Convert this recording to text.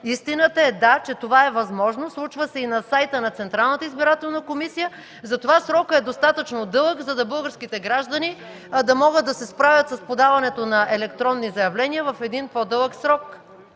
Истината е, че това е възможно, случва се и на сайта на Централната избирателна комисия. Затова срокът е достатъчно дълъг, за да може българските граждани да се справят с подаването на електронни заявления в един по-дълъг срок.